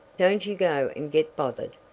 don't you go and get bothered.